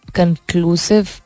conclusive